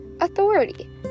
authority